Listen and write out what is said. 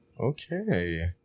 Okay